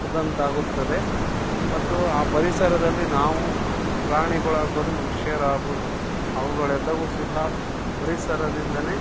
ದಂತಾಗುತ್ತದೆ ಮತ್ತು ಆ ಪರಿಸರದಲ್ಲಿ ನಾವು ಪ್ರಾಣಿಗಳಾಗ್ಬೊದು ಮನುಷ್ಯರಾಗ್ಬೊದು ಅವುಗಳೆಲ್ಲವೂ ಸಹ ಪರಿಸರದಿಂದಲೇ